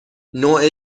نوع